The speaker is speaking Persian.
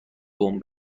قوم